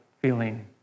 feeling